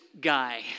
guy